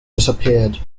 disappeared